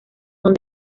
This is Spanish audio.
son